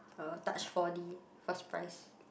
uh touch four D first prize